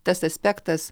tas aspektas